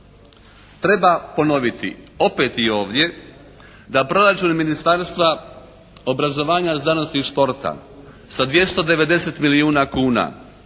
Treba ponoviti opet i ovdje da proračun Ministarstva obrazovanja, znanosti i športa sa 290 milijuna kuna